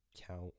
count